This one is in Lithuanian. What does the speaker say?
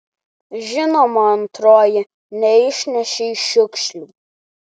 žinoma antroji neišnešei šiukšlių